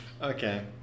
okay